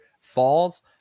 falls